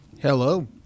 Hello